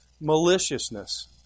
Maliciousness